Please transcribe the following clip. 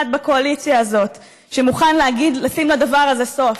בקואליציה הזאת שמוכן לשים לדבר הזה סוף?